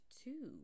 two